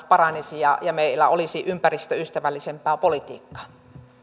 paranisi ja ja meillä olisi ympäristöystävällisempää politiikkaa